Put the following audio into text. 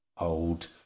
Old